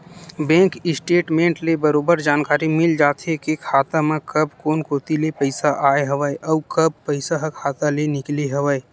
bank statement ले बरोबर जानकारी मिल जाथे के खाता म कब कोन कोती ले पइसा आय हवय अउ कब पइसा ह खाता ले निकले हवय